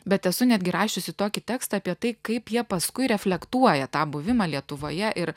bet esu netgi rašiusi tokį tekstą apie tai kaip jie paskui reflektuoja tą buvimą lietuvoje ir